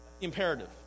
imperative